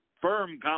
firm